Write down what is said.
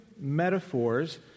metaphors